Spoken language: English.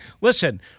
listen